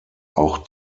auch